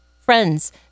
Friends